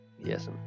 Yes